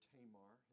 Tamar